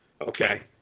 Okay